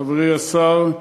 חברי השר,